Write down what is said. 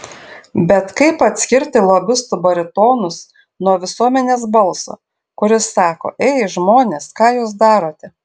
bet kaip atskirti lobistų baritonus nuo visuomenės balso kuris sako ei žmonės ką jūs darote